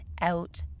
out